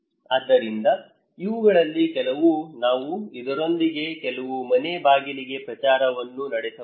ಆದ್ದರಿಂದ ಇವುಗಳಲ್ಲಿ ಕೆಲವು ನಾವು ಇದರೊಂದಿಗೆ ಕೆಲವು ಮನೆ ಬಾಗಿಲಿಗೆ ಪ್ರಚಾರವನ್ನು ನಡೆಸಬಹುದು